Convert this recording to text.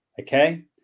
okay